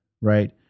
right